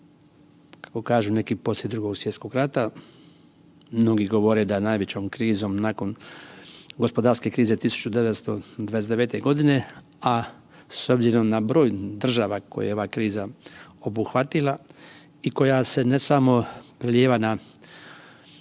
kako kažu neki poslije II. svj. rata, mnogi govore da najvećom krizom nakon gospodarske krize 1929. g., a s obzirom na broj država koje je ova kriza obuhvatila i koja se ne samo, prelijeva na